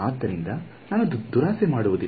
ಆದ್ದರಿಂದ ನಾನು ದುರಾಸೆ ಮಾಡುವುದಿಲ್ಲ